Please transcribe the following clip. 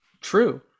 true